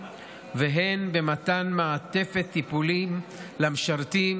והמדינה מחויבת לדאוג לצורכיהם של המשרתים